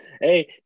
Hey